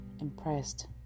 impressed